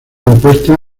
opuesta